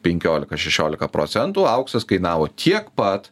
penkiolika šešiolika procentų auksas kainavo tiek pat